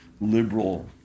liberal